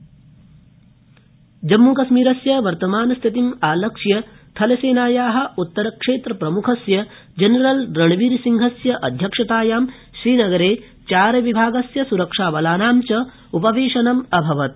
सैन्यप्रमुख जम्मूकश्मीरस्य वर्तमानस्थितिम् आलक्ष्य थलसेनाया उत्तरक्षेत्र प्रमुखस्य जनरल रणबीरसिंहस्य अध्यक्षतायां श्रीनगरे चारविभागस्य सुरक्षाबलानाञ्च उपवेशनम् अभवत्